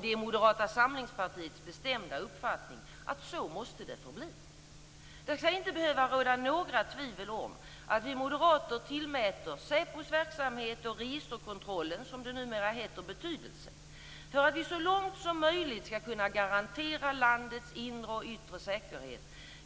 Det är Moderata samlingspartiets bestämda uppfattning att det också måste förbli på det sättet. Det skall inte behöva råda några tvivel om att vi moderater tillmäter SÄPO:s verksamhet och registerkontrollen, som det numera heter, betydelse. För att vi så långt möjligt skall kunna garantera landets inre och yttre säkerhet